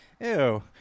ew